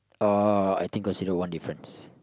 uh I think considered one difference